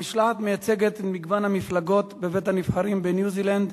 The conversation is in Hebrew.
המשלחת מייצגת את מגוון המפלגות בבית-הנבחרים בניו-זילנד.